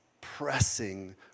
pressing